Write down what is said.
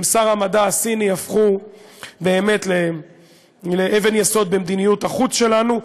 עם שר המדע הסיני הפכו באמת לאבן יסוד במדיניות החוץ שלנו.